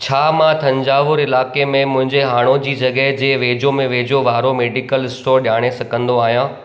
छा मां थंजावुर इलाइक़े में मुंहिंजे हाणोकी जॻहि जे वेझो में वेझो वारो मेडिकल स्टोर ॼाणे सघंदो आहियां